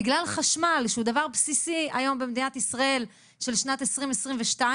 בגלל חשמל שהוא דבר בסיסי היום במדינת ישראל של שנת 2022,